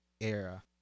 era